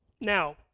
Now